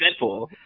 Deadpool